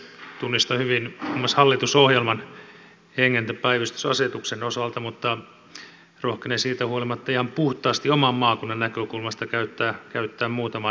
tunnistan hyvin muun muassa hallitusohjelman hengen tämän päivystysasetuksen osalta mutta rohkenen siitä huolimatta ihan puhtaasti oman maakunnan näkökulmasta käyttää muutaman sanan